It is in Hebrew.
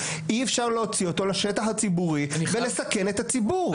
אי אפשר להוציא אותו לשטח הציבורי ולסכן את הציבור.